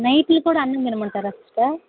నైట్లో కూడా అన్నం తినమంటారా సిస్టర్